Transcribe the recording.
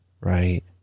Right